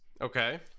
Okay